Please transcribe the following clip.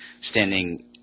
standing